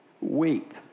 weep